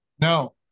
no